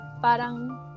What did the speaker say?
parang